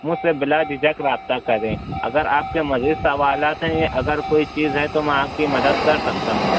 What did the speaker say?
مجھ سے بلاجھجھک رابطہ کریں اگر آپ کے مزید سوالات ہیں اگر کوئی چیز ہے تو میں آپ کی مدد کر سکتا ہوں